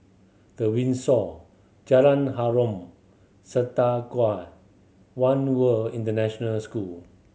The Windsor Jalan Harom Setangkai One World International School